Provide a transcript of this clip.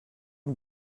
une